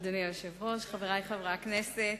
אדוני היושב-ראש, חברי חברי הכנסת,